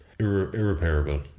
irreparable